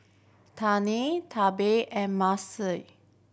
Trina Tobie and